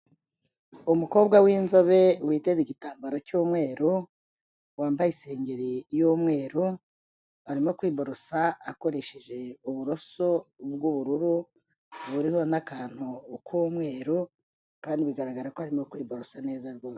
Umukobwa w'inzobe witeze igitambaro cy'umweru, wambaye isengeri y'umweru, arimo kwiborosa akoresheje uburoso bw'ubururu buriho n'akantu k'umweru kandi bigaragara ko arimo kwiborosa neza rwose.